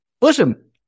listen